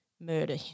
murder